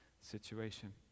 situation